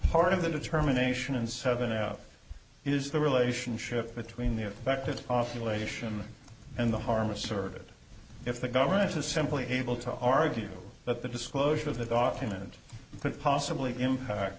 part of the determination and seven out is the relationship between the effect it off elation and the harm asserted if the government is simply able to argue that the disclosure of the document could possibly impact